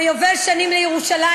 ביובל שנים לירושלים,